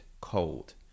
cold